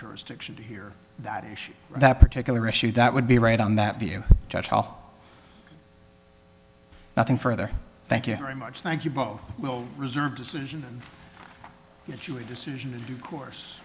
jurisdiction to hear that that particular issue that would be right on that view nothing further thank you very much thank you both will reserve decision to a decision due course